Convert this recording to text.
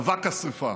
אבק השרפה,